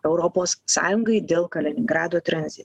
europos sąjungai dėl kaliningrado tranzi